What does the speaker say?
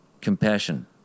compassion